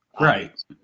Right